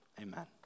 amen